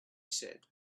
said